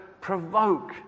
provoke